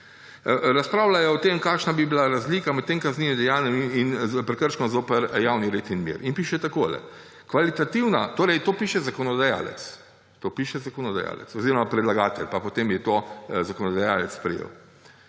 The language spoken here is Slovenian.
Razpravljajo o tem, kakšna bi bila razlika med tem kaznivim dejanjem in prekrškom zoper javni red in mir. In piše takole – torej to piše zakonodajalec, to piše zakonodajalec oziroma predlagatelj, pa potem je to zakonodajalec sprejel